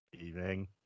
Evening